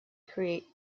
create